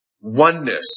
oneness